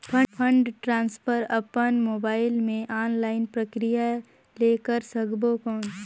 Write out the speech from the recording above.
Fund transfer अपन mobile मे online प्रक्रिया ले कर सकबो कौन?